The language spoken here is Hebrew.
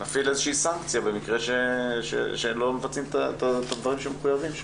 שתפעילו איזושהי סנקציה כשהם לא מבצעים את מה שהם מחויבים לו.